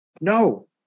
No